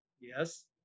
Yes